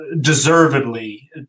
deservedly